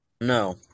No